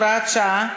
הוראת שעה),